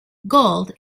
gold